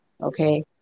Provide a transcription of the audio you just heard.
okay